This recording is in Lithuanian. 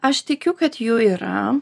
aš tikiu kad jų yra